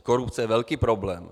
Korupce je velký problém.